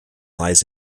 lies